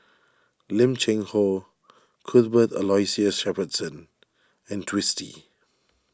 Lim Cheng Hoe Cuthbert Aloysius Shepherdson and Twisstii